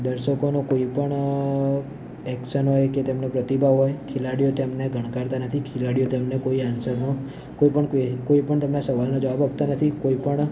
દર્શકોનો કોઈપણ એક્શન હોય કે તેમનો પ્રતિભાવ હોય ખેલાડીઓ તેમને ગણકારતા નથી ખેલાડીઓ તેમને કોઈ આન્સર નો કોઈ પણ કોઈ પણ તમને સવાલનો જવાબ આપતા નથી કોઈપણ